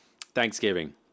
thanksgiving